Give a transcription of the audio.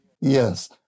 Yes